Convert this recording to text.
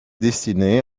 destinée